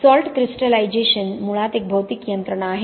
salt crystallization मुळात एक भौतिक यंत्रणा आहे